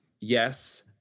yes